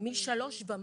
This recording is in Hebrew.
מ-3 ומעלה,